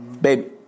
Baby